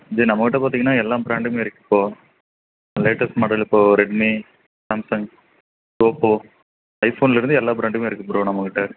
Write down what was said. இதே நம்மக் கிட்ட பார்த்திங்கன்னா எல்லா ப்ராண்டுமே இருக்குது இப்போது லேட்டஸ்ட் மாடல் இப்போது ரெட்மி சாம்சங் ஓப்போ ஐஃபோன்லேருந்து எல்லா ப்ராண்டுமே இருக்குது ப்ரோ நம்மக் கிட்ட